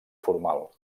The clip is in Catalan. formal